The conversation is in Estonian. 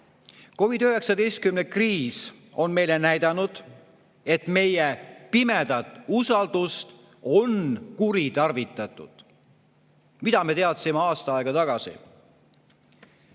COVID‑19 kriis on meile näidanud, et meie pimedat usaldust on kuritarvitatud. Mida me teadsime aasta aega tagasi?